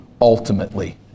ultimately